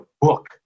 book